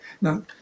Now